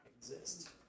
exist